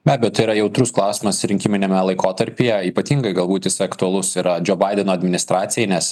na bet tai yra jautrus klausimas rinkiminiame laikotarpyje ypatingai galbūt jis aktualus yra džo baideno administracijai nes